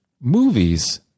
movies